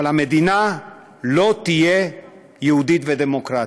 אבל המדינה לא תהיה יהודית ודמוקרטית.